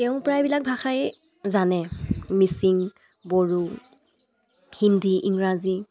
তেওঁ প্ৰায়বিলাক ভাষাই জানে মিচিং বড়ো হিন্দী ইংৰাজী